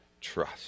trust